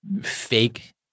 fake